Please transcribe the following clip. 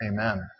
Amen